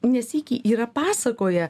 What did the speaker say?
ne sykį yra pasakoję